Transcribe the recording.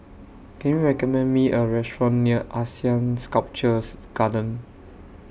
Can YOU recommend Me A Restaurant near Asean Sculpture's Garden